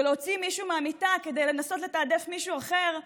ולהוציא מישהו מהמיטה כדי לנסות לתעדף מישהו אחר,